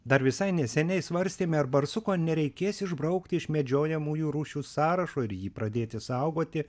dar visai neseniai svarstėme ar barsuko nereikės išbraukti iš medžiojamųjų rūšių sąrašo ir jį pradėti saugoti